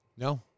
No